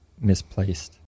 misplaced